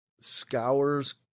scours